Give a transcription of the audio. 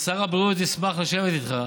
שר הבריאות ישמח לשבת איתך